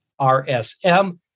RSM